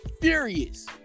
Furious